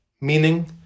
meaning